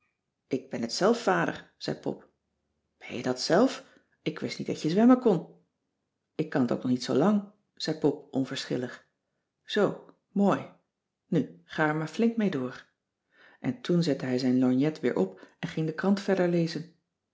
ik ben t zelf vader zei pop ben jij dat zelf ik wist niet dat je zwemmen kon ik kan t ook nog niet zoo lang zei pop onverschillig zoo mooi nu ga er maar flink mee door en toen zette hij zijn lorgnet weer op en ging de krant verder lezen